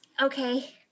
okay